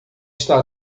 está